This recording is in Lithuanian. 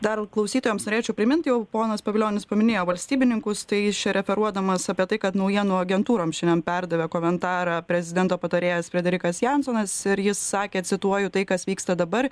dar klausytojams norėčiau primint jau ponas pavilionis paminėjo valstybininkus tai jis čia referuodamas apie tai kad naujienų agentūroms šiandien perdavė komentarą prezidento patarėjas federikas jansonas ir jis sakė cituoju tai kas vyksta dabar